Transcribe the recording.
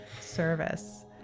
service